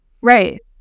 Right